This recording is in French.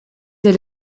elle